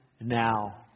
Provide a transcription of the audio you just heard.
now